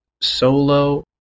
solo